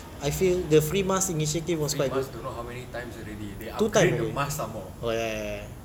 free masks don't know how many times already they updrage the mask some more